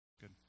Good